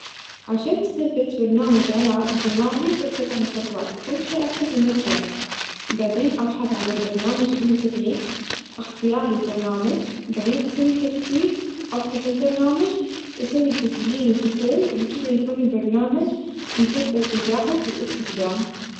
عشان تثبت برنامچ على چوالك إتبع هالخطوات أول شئ أفتح المتچر بعدين أبحث عن البرنامچ إلي تبغيه إختيار البرنامچ بعدين أسوي تثبيت أفتح البرنامچ و أسوي تسچيل الدخول و بكذا يكون البرنامچ مثبت و چاهز للإستخدام.